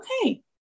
okay